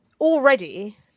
already